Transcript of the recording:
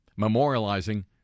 memorializing